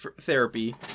therapy